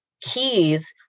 keys